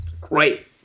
great